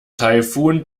taifun